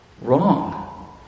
Wrong